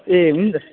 ए हुन्छ